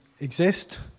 exist